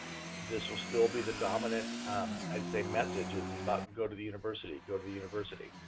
this will still be the dominant i'd say message is is about go to the university, go to the university.